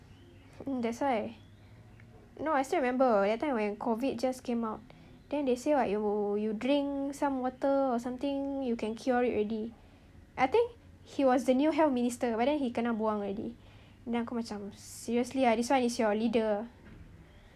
mm that's why no I still remember that time when COVID just came out then they say what you you drink some water or something you can cure it already I think he was the new health minister whether he kena buang already then aku macam seriously ah this one is your leader ah